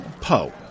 Poe